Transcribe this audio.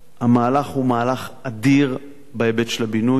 המהלך הוא מהלך אדיר, בהיבט של הבינוי.